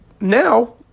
now